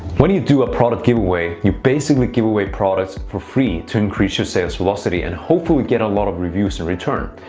when you do a product giveaway, you basically give away products for free to increase your sales velocity and hopefully get a lot of reviews in return.